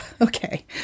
okay